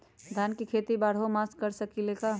धान के खेती बारहों मास कर सकीले का?